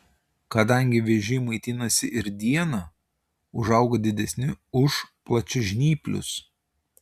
kadangi vėžiai maitinasi ir dieną užauga didesni už plačiažnyplius